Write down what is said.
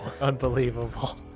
Unbelievable